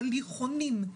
הליכונים,